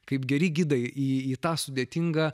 kaip geri gidai į tą sudėtingą